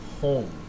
home